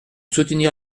soutenir